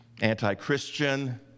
anti-Christian